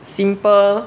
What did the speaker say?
simple